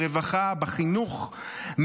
ברווחה ובחינוך,